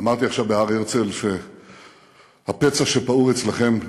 אמרתי עכשיו בהר-הרצל שהפצע שפעור אצלכם,